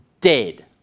dead